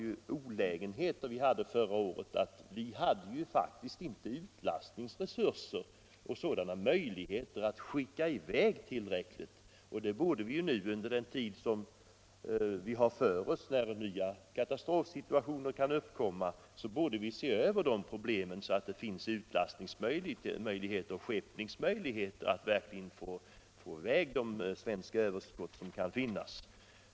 En olägenhet förra året var att vi faktiskt inte hade urlastningsresurser och möjligheter att skicka i väg tillräckligt mycket. Under den tid vi har framför oss innan nya katastrofsituationer kan uppkomma borde vi se över skeppningsmöjligheterna, så att vi kan få i väg det svenska överskott som kan finnas.